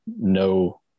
no